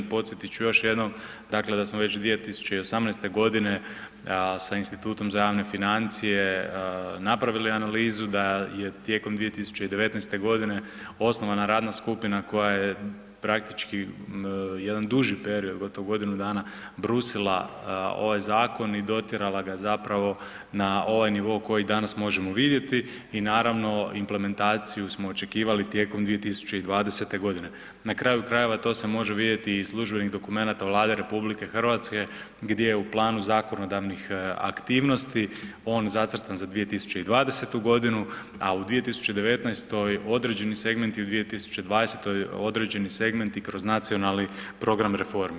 Podsjetit ću još jednom, dakle da smo već 2018.g. sa institutom za javne financije napravili analizu, da je tijekom 2019.g. osnovana radna skupina koja je praktički jedan duži period, gotovo godinu dana, brusila ovaj zakon i dotjerala ga zapravo na ovaj nivo koji danas možemo vidjeti i naravno implementaciju smo očekivali tijekom 2020.g. Na kraju krajeva to se može vidjeti i iz službenih dokumenata Vlade RH gdje je u planu zakonodavnih aktivnosti on zacrtan za 2020.g., a u 2019. određeni segmenti, u 2020. određeni segmenti kroz nacionalni program reformi.